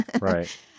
right